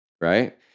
right